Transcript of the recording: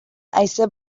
haize